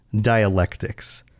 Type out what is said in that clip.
dialectics